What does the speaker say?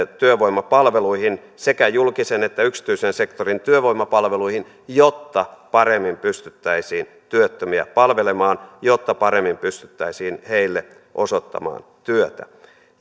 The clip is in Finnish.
työvoimapalveluihin sekä julkisen että yksityisen sektorin työvoimapalveluihin jotta paremmin pystyttäisiin työttömiä palvelemaan jotta paremmin pystyttäisiin heille osoittamaan työtä